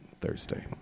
Thursday